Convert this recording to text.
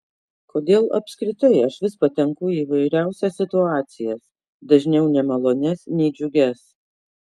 kodėl apskritai aš vis patenku į įvairiausias situacijas dažniau nemalonias nei džiugias